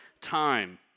time